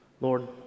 Lord